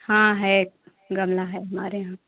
हाँ है गमला है हमारे यहाँ